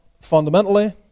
fundamentally